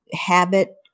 habit